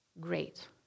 great